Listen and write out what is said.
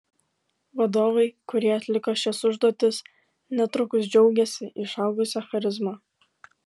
vadovai kurie atliko šias užduotis netrukus džiaugėsi išaugusia charizma